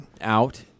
out